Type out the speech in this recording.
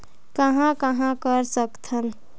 कहां कहां कर सकथन?